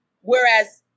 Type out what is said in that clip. whereas